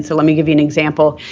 so let me give you an example.